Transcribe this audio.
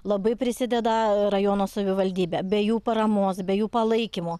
labai prisideda rajono savivaldybė be jų paramos be jų palaikymo